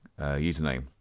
username